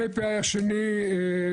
האוכלוסייה השנייה